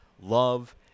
love